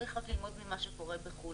צריך רק ללמוד ממה שקורה בחו"ל.